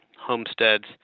homesteads